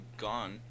gone